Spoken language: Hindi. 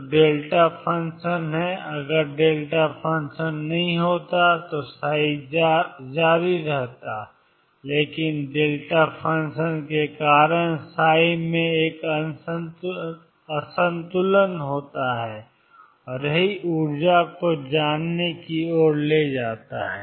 तो फंक्शन है अगर फंक्शन नहीं होता तो जारी रहता लेकिन फंक्शन के कारण में एक असंतुलन होता है और यही ऊर्जा को जानने की ओर ले जाता है